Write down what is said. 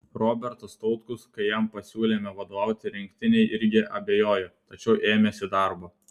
robertas tautkus kai jam pasiūlėme vadovauti rinktinei irgi abejojo tačiau ėmėsi darbo